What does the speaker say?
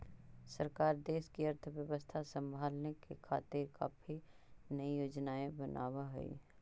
सरकार देश की अर्थव्यवस्था संभालने के खातिर काफी नयी योजनाएं बनाव हई